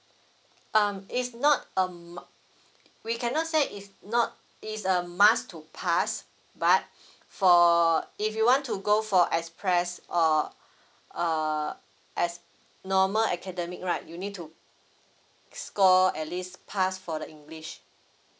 um it's not um we cannot say is not is a must to pass but for if you want to go for express or uh as normal academic right you need to score at least pass for the english